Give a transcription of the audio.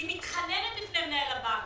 היא מתחננת בפני מנהל הבנק.